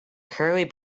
curly